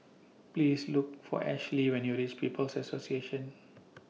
Please Look For Ashly when YOU REACH People's Association